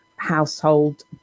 household